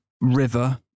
river